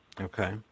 Okay